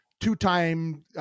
two-time